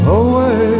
away